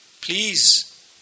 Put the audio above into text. please